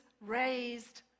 raised